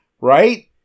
right